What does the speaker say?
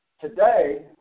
today